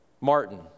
Martin